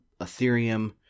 Ethereum